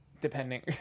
depending